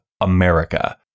America